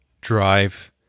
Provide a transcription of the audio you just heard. drive